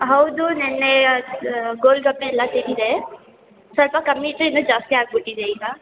ಹೌದು ನೆನ್ನೆಯ ಗೋಲ್ ಗಪ್ಪ ಎಲ್ಲ ತಿಂದೆ ಸ್ವಲ್ಪ ಕಮ್ಮು ಇತ್ತು ಇನ್ನು ಜಾಸ್ತಿ ಆಗ್ಬುಟ್ಟಿದೆ ಈಗ